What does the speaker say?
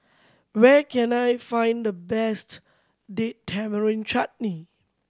where can I find the best Date Tamarind Chutney